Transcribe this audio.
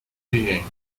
being